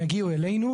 והן הגיעו אלינו,